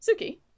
Suki